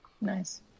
Nice